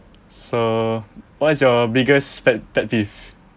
so what's your biggest pet pet peeve